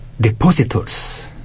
depositors